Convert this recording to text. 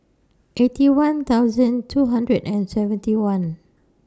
Eighty One thousand two hundred and seventy one